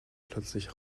plötzlich